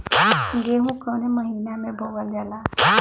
गेहूँ कवने महीना में बोवल जाला?